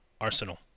Arsenal